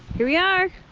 here we are!